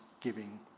giving